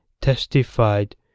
testified